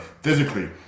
physically